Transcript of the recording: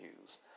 use